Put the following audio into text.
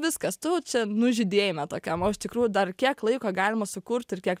viskas tu čia nužydėjime tokiam o iš tikrųjų dar kiek laiko galima sukurti ir kiek